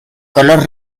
color